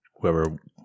Whoever